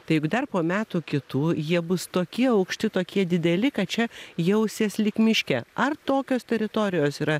taip dar po metų kitų jie bus tokie aukšti tokie dideli kad čia jausies lyg miške ar tokios teritorijos yra